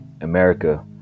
America